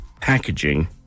packaging